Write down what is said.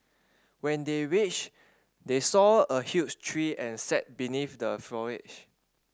when they reached they saw a huge tree and sat beneath the foliage